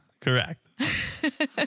correct